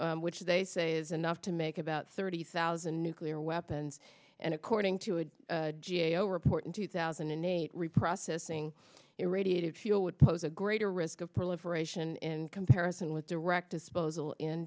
plutonium which they say is enough to make about thirty thousand nuclear weapons and according to a g a o report in two thousand and eight reprocessing irradiated fuel would pose a greater risk of proliferation in comparison with direct disposal in